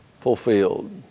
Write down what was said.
fulfilled